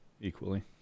equally